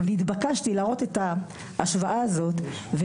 נתבקשתי להראות את ההשוואה הזאת.